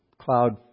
cloud